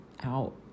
out